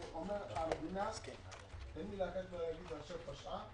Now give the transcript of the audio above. המדינה אין מילה אחרת מאשר להגיד, פשעה